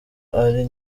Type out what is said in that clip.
ari